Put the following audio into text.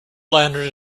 lantern